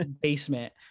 basement